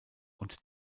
und